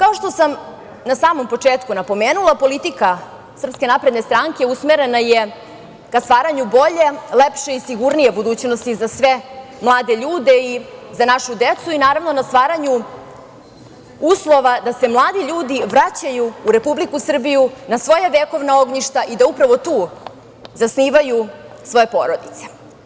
Ono što sam na samom početku napomenula, politika SNS usmerena je ka stvaranju bolje, lepše i sigurnije budućnosti za sve mlade ljude i za našu decu i naravno na stvaranju uslova da se mladi ljudi vraćaju u Republiku Srbiju na svoja vekovna ognjišta i da upravo tu zasnivaju svoje porodice.